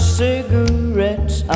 cigarettes